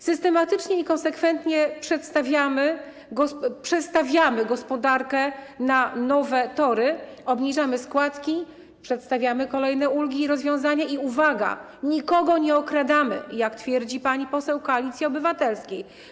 Systematycznie i konsekwentnie przestawiamy gospodarkę na nowe tory, obniżamy składki, przedstawiamy kolejne ulgi i rozwiązania i, uwaga, nikogo nie okradamy, jak twierdzi pani poseł Koalicji Obywatelskiej.